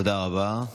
תודה רבה.